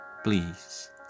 Please